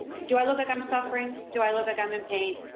do i look like i'm suffering? do i look like i'm in pain?